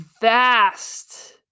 vast